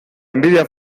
envidia